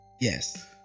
Yes